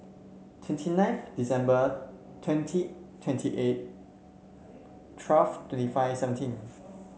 twenty ninth December twenty twenty eight twelve twenty five seventeen